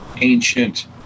ancient